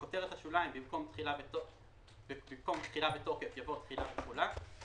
(1) בכותרת השוליים במקום "תחילה ותוקף" יבוא "תחילה ותחולה";